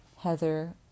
Heather